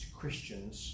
Christians